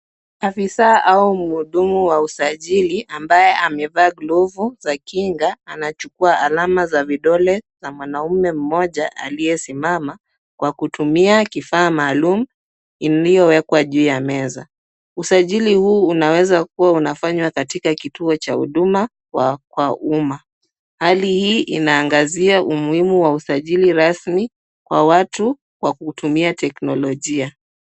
Afisa au mhudumu wa usajili ambaye amevaa glovu za kinga anachukua alama za vidole za mwanaume mmoja aliyesimama kwa kutumia kifaa maalum iliyowekwa juu ya meza. Usajili huu unawezakuwa unafanywa katika kituo cha huduma kwa umma. Hali hii inaangazia umuhimu wa usajili rasmi wa watu kwa kutumia teknolojia.